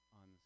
on